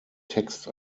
text